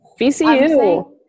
VCU